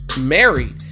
married